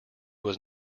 was